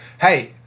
hey